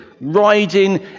riding